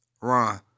Ron